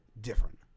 different